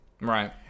Right